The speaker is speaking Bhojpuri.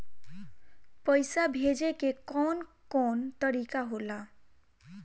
पइसा भेजे के कौन कोन तरीका होला?